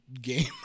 game